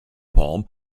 palm